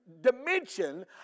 dimension